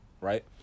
right